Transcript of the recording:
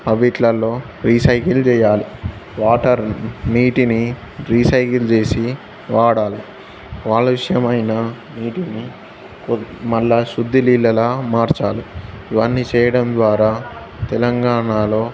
అవిట్లల్లో recycle చేయాలి water నీటిని recycle చేసి వాడాలి కాలుష్యమైన నీటిని మళ్ళా శుద్ధి నీళ్ళలా మార్చాలి ఇవన్నీ చేయడం ద్వారా తెలంగాణలో